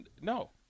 No